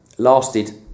lasted